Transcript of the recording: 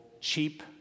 cheap